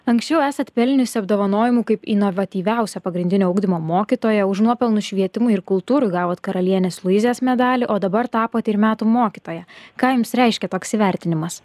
anksčiau esat pelniusi apdovanojimų kaip inovatyviausia pagrindinio ugdymo mokytoja už nuopelnus švietimui ir kultūrui gavot karalienės luizės medalį o dabar tapot ir metų mokytoja ką jums reiškia toks įvertinimas